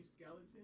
skeleton